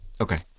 Okay